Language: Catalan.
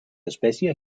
espècie